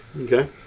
Okay